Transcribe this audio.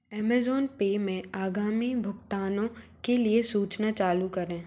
Amazon पर में आगामी भुगतानों के लिए सूचना चालू करें